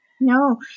no